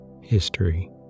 History